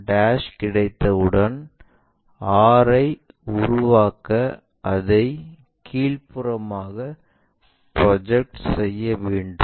r கிடைத்தவுடன் r ஐ உருவாக்க அதைக் கீழ்ப்புறமாக ப்ரொஜெக்ட் செய்ய வேண்டும்